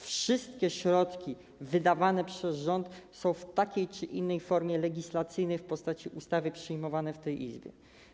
Wszystkie środki wydawane przez rząd są w takiej czy innej formie legislacyjnej w postaci ustawy przyjmowane w tej Izbie.